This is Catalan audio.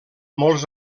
molts